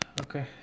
okay